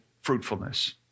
fruitfulness